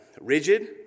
rigid